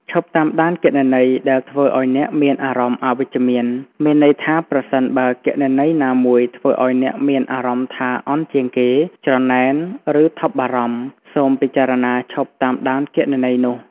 ឈប់តាមដានគណនីដែលធ្វើឱ្យអ្នកមានអារម្មណ៍អវិជ្ជមាន មានន័យថាប្រសិនបើគណនីណាមួយធ្វើឱ្យអ្នកមានអារម្មណ៍ថាអន់ជាងគេ ច្រណែន ឬថប់បារម្ភ សូមពិចារណាឈប់តាមដានគណនីនោះ។